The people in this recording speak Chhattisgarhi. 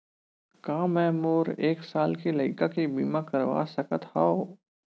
का मै मोर एक साल के लइका के बीमा करवा सकत हव?